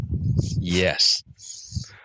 Yes